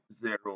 zero